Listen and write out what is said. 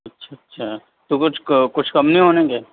اچھا اچھا تو کچھ کچھ کم نہیں ہونیں گے